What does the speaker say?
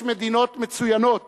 יש מדינות מצוינות